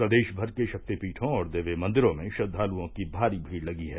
प्रदेश भर के शक्तिपीठों और देवी मंदिरों में श्रद्वालुओं की भारी भीड़ लगी है